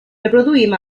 reproduïm